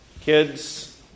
kids